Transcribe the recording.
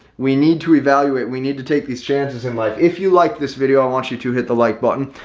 we need to reevaluate we need to take these chances in life if you like this video, i want you to hit the like button,